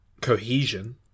cohesion